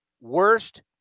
worst